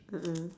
mm mm